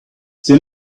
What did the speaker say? they